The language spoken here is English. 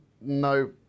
no